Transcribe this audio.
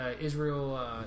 Israel